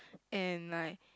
and like